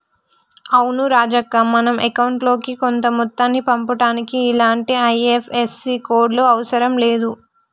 అవును రాజక్క మనం అకౌంట్ లోకి కొంత మొత్తాన్ని పంపుటానికి ఇలాంటి ఐ.ఎఫ్.ఎస్.సి కోడ్లు అవసరం లేదు